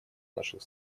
наших